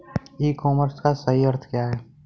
ई commerce का सही अर्थ क्या है?